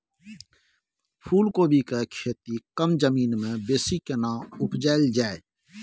फूलकोबी के खेती कम जमीन मे बेसी केना उपजायल जाय?